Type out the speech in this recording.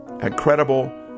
Incredible